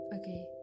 Okay